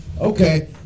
Okay